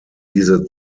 diese